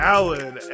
Alan